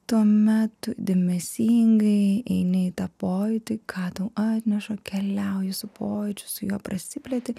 tuomet tu dėmesingai eini į tą pojūtį ką tau atneša keliauji su pojūčiu su juo prasiplėti